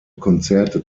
konzerte